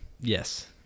Yes